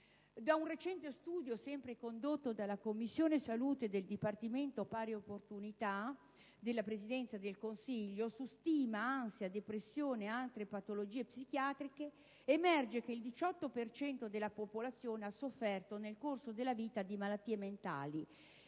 Da un recente studio, sempre condotto dalla Commissione salute del Dipartimento pari opportunità della Presidenza del Consiglio su disturbi della stima, ansia, depressione ed altre patologie psichiatriche emerge che il 18 per cento della popolazione ha sofferto nel corso della vita di malattie mentali